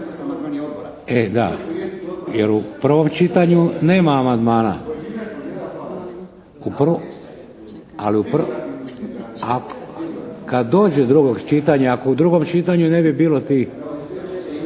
… Da, jer u prvom čitanju nema amandmana. … /Upadica se ne čuje./ … Kada dođe do drugog čitanja. Ako u drugom čitanju ne bi bilo tih.